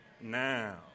now